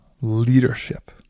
Leadership